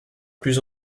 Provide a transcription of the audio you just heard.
plus